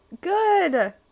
good